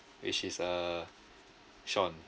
which is uh sean